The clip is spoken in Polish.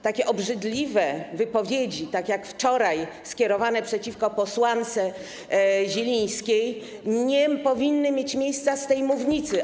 Takie obrzydliwe wypowiedzi, takie jak te wczoraj skierowane przeciwko posłance Zielińskiej, nie powinny mieć miejsca z tej mównicy.